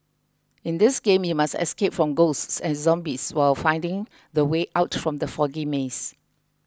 in this game you must escape from ghosts and zombies while finding the way out from the foggy maze